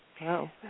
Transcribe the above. Wow